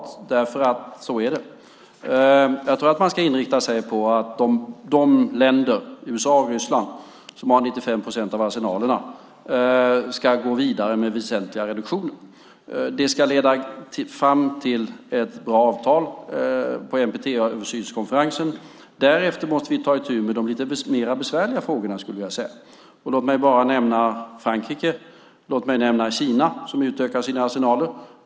Ja, därför att så är det. Jag tror att man ska inrikta sig på att de länder, USA och Ryssland, som har 95 procent av arsenalerna ska gå vidare med väsentliga reduktioner. Det ska leda fram till ett bra avtal på NPT-översynskonferensen. Därefter måste vi ta itu med de lite mer besvärliga frågorna, skulle jag vilja säga. Låt mig nämna Frankrike. Låt mig nämna Kina som utökar sina arsenaler.